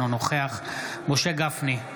אינו נוכח משה גפני,